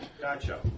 Gotcha